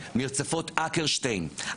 מרצפות אקרשטיין,